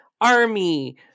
army